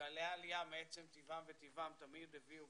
גלי העלייה, מעצם טבעם וטיבם תמיד הביאו